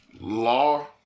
law